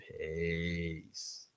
Peace